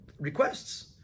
requests